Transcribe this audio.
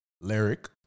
lyric